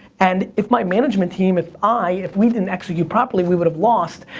and if my management team, if i, if we didn't execute properly, we would have lost.